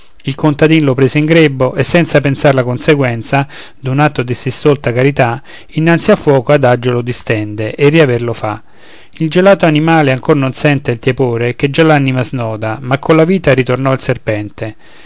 contadin lo prese in grembo e senza pensar la conseguenza d'un atto di sì stolta carità innanzi al fuoco adagio lo distende e riaver lo fa il gelato animale ancor non sente il tiepore che già l'anima snoda ma colla vita ritornò il serpente